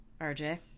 RJ